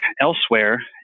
elsewhere